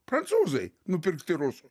prancūzai nupirkti rusų